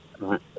Right